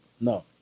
No